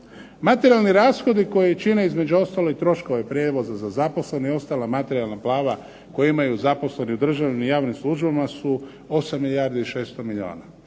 Materijalni rashodi koji čine između ostalog i troškove prijevoza za zaposlene i ostala materijalna prava koje imaju zaposleni u državnim i javnim službama su 8 milijardi i 600 milijuna.